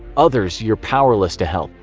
others, you're powerless to help.